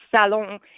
salon